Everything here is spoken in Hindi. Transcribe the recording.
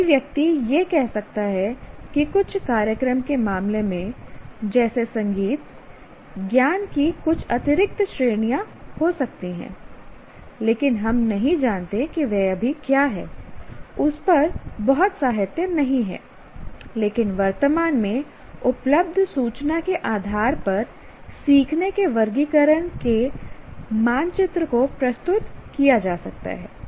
कोई व्यक्ति यह कह सकता है कि कुछ कार्यक्रम के मामले में जैसे संगीत ज्ञान की कुछ अतिरिक्त श्रेणियां हो सकती हैं लेकिन हम नहीं जानते कि वे अभी क्या हैं उस पर बहुत साहित्य नहीं है लेकिन वर्तमान में उपलब्ध सूचना के आधार पर सीखने के वर्गीकरण के मानचित्र को प्रस्तुत किया जा सकता है